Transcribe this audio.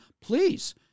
please